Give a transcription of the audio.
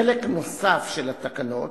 חלק נוסף של תקנות,